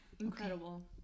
Incredible